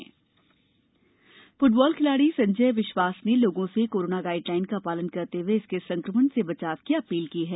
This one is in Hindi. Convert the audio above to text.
जन आंदोलन फूटबाल खिलाड़ी संजय विश्वास ने लोगों से कोरोना गाइड लाइन का पालन करते हुए इसके संकमण से बचाव करने की अपील की है